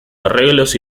arreglos